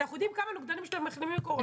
אנחנו יודעים כמה נוגדנים יש למחלימים מקורונה.